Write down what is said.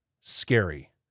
scary